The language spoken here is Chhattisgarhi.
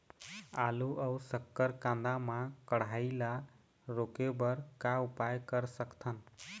आलू अऊ शक्कर कांदा मा कढ़ाई ला रोके बर का उपाय कर सकथन?